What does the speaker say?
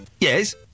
Yes